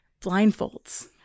Blindfolds